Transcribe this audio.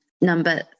number